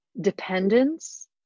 Dependence